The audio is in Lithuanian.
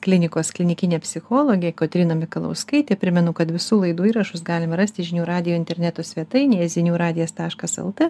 klinikos klinikinė psichologė kotryna mikalauskaitė primenu kad visų laidų įrašus galima rasti žinių radijo interneto svetainėje zinių radijas taškas lt